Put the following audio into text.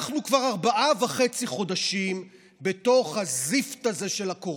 אנחנו כבר ארבעה חודשים וחצי בתוך הזיפת הזה של הקורונה.